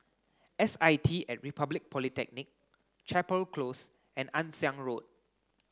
S I T at Republic Polytechnic Chapel Close and Ann Siang Road